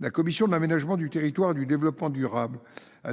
la commission de l’aménagement du territoire et du développement durable a